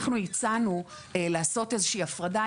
אנחנו הצענו לעשות איזושהי הפרדה,